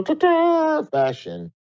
fashion